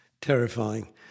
Terrifying